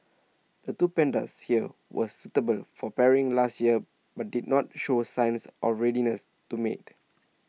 the two pandas here were suitable for pairing last year but did not show signs of readiness to mate